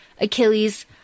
Achilles